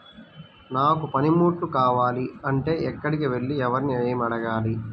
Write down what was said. నాకు పనిముట్లు కావాలి అంటే ఎక్కడికి వెళ్లి ఎవరిని ఏమి అడగాలి?